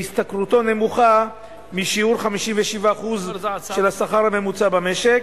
שהשתכרותו נמוכה משיעור 57% של השכר הממוצע במשק